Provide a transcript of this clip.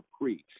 preach